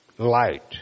Light